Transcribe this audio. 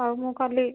ହଉ ମୁଁ କାଲି